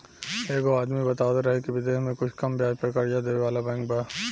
एगो आदमी बतावत रहे की बिदेश में कुछ कम ब्याज पर कर्जा देबे वाला बैंक बा